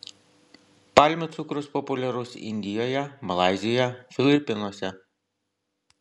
palmių cukrus populiarus indijoje malaizijoje filipinuose